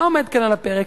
מה עומד כאן על הפרק?